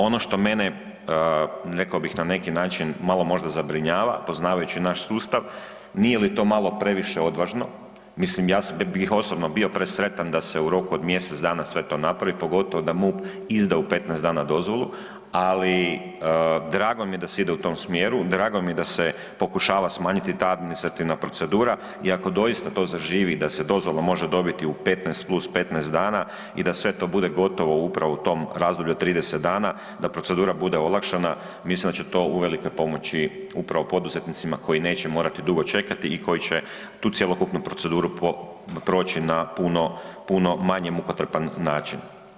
Ono što mene rekao bih na neki način malo možda zabrinjava poznavajući naš sustav, nije li to malo previše odvažno, mislim ja bih osobno bio presretan da se u roku od mjesec dana sve to napravi, pogotovo da MUP izda u 15 dana dozvolu ali drago mi je da se ide u tom smjeru, drago mi je da se pokušava smanjiti ta administrativna procedura i ako doista to zaživi da se dozvola može dobiti u 15+15 dana i da sve to bude gotovo upravo u tom razdoblju od 30 dana, da procedura bude olakšana, mislim da će to uvelike pomoći upravo poduzetnicima koji neće morati dugo čekati i koji će tu cjelokupnu proceduru proći na puno, puno manje mukotrpan način.